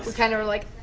kind of like,